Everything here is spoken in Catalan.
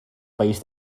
país